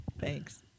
Thanks